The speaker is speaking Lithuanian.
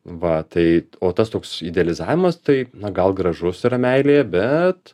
va tai o tas toks idealizavimas tai na gal gražus yra meilėje bet